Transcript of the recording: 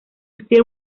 sir